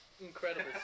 Incredible